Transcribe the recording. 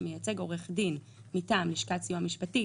שמייצג עורך דין מטעם לשכת סיוע משפטי,